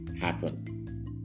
happen